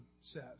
says